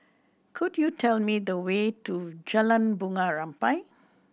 could you tell me the way to Jalan Bunga Rampai